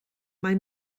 mai